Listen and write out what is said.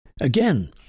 Again